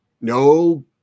No